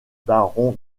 baron